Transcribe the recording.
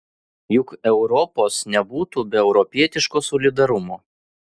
juk europos nebūtų be europietiško solidarumo